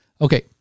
Okay